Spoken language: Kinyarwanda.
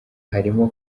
harimo